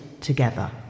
together